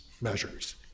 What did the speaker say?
measures